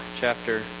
chapter